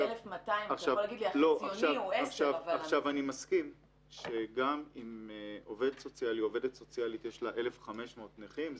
אני מסכים שגם אם לעובד סוציאלי או לעובדת סוציאלית יש 1,500 נכים,